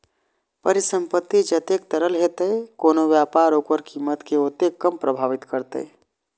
परिसंपत्ति जतेक तरल हेतै, कोनो व्यापार ओकर कीमत कें ओतेक कम प्रभावित करतै